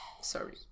Sorry